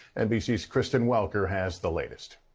nbc's kristen welker has the latest.